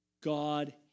God